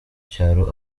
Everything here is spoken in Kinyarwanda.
cyaro